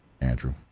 Andrew